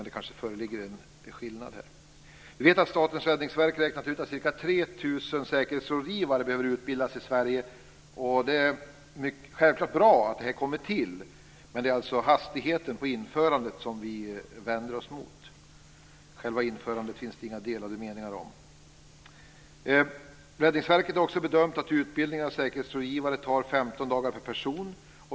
Det kanske föreligger en skillnad här. Vi vet att Statens räddningsverk räknat ut att ca 3 000 säkerhetsrådgivare behöver utbildas i Sverige. Det är självklart bra att det tillkommer en utbildning, men det hastigheten på införandet som vi vänder oss mot. Själva införandet finns det inga delade meningar om. Räddningsverket har också bedömt att utbildning av säkerhetsrådgivare tar 15 dagar per person.